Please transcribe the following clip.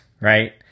right